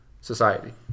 society